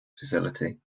facility